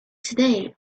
today